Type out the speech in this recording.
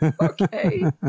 Okay